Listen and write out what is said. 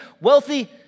wealthy